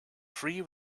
free